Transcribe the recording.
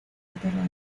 enterrado